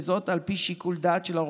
וזאת על פי שיקול דעת של הרופא,